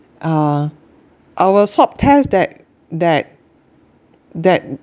uh our swab test that that that